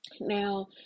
Now